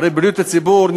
הרי בריאות הציבור,